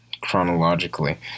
chronologically